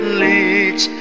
leads